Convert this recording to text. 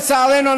לצערנו,